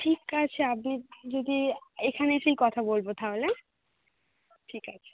ঠিক আছে আপনি যদি এখানে এসেই কথা বলবো তাহলে অ্যাঁ ঠিক আছে